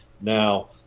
Now